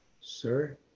sir